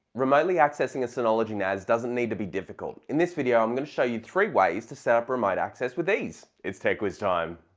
remotely accessing a synology nas doesn't need to be difficult in this video i'm gonna show you three ways to set up remote access with eaze it's techwiztime